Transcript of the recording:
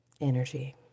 energy